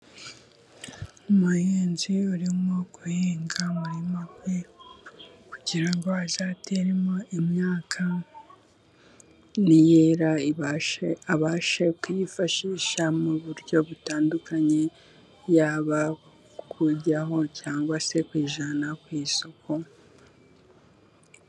Umuhinzi urimo guhinga umurima we kugira ngo azateremo imyaka, niyera abashe kuyifashisha mu buryo butandukanye, yaba kuryaho cyangwa se kuyijyana ku isoko.